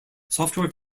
software